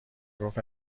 گفت